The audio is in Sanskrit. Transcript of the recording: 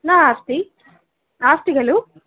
नास्ति अस्ति खलु